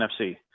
NFC